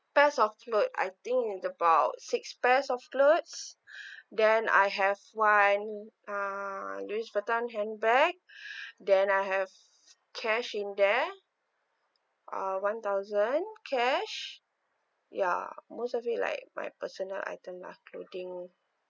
pairs of cloth I think in about six pairs of clothes then I have one uh Louis Vuitton handbag then I have cash in there uh one thousand cash ya most of it like my personal item lah clothing